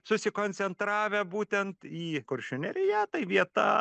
susikoncentravę būtent į kuršių nerija tai vieta